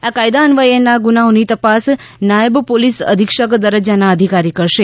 આ કાયદા અન્વચેના ગુનાઓની તપાસ નાયબ પોલીસ અધિક્ષક દરજ્જાના અધિકારી કરશે